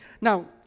Now